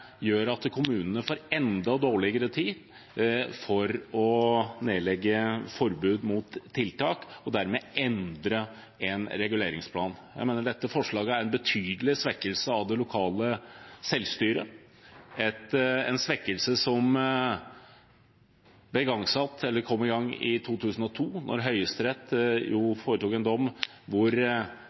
gjør at kommunene får enda dårligere tid til å nedlegge forbud mot tiltak og dermed endre en reguleringsplan. Jeg mener dette forslaget er en betydelig svekkelse av det lokale selvstyret, en svekkelse som kom i gang i 2002, da Høyesterett avsa en dom